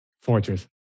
Fortress